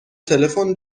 تلفن